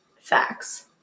facts